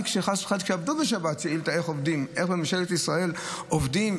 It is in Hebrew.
שאילתה כשעבדו בשבת: איך ממשלת ישראל עובדת,